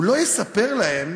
הוא לא יספר להם,